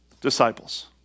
disciples